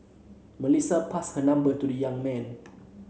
Melissa passed her number to the young man